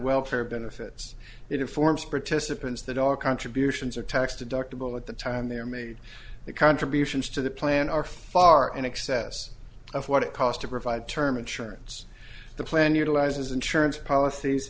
welfare benefits it informs participants that all contributions are tax deductible at the time they are made the contributions to the plan are far in excess of what it cost to provide term insurance the plan utilizes insurance policies